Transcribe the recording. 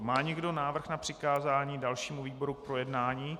Má někdo návrh na přikázání dalšímu výboru k projednání?